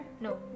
No